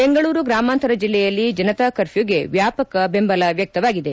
ಬೆಂಗಳೂರು ಗ್ರಾಮಾಂತರ ಜಿಲ್ಲೆಯಲ್ಲಿ ಜನತಾ ಕರ್ಪ್ಯೂಗೆ ವ್ಯಾಪಕ ಬೆಂಬಲ ವ್ಯಕ್ತವಾಗಿದೆ